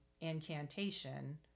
incantation